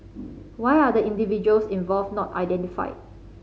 why are the individuals involved not identified